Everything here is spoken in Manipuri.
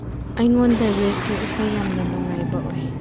ꯑꯩꯉꯣꯟꯗ ꯔꯦꯞꯀꯤ ꯏꯁꯩ ꯌꯥꯝꯅ ꯅꯨꯡꯉꯥꯏꯕ ꯑꯣꯏ